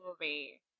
movie